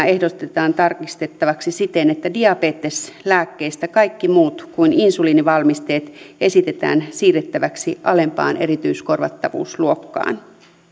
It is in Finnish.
ehdotetaan tarkistettavaksi siten että diabeteslääkkeistä kaikki muut kuin insuliinivalmisteet esitetään siirrettäväksi alempaan erityiskorvattavuusluokkaan